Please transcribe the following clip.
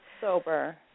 sober